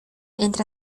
entre